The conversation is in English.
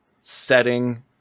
setting